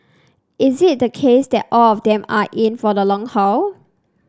is it the case that all of them are in for the long haul